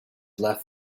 left